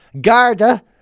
Garda